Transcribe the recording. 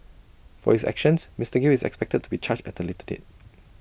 for his actions Mister gill is expected to be charged at A later date